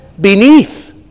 beneath